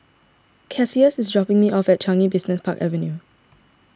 Cassius is dropping me off at Changi Business Park Avenue